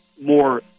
more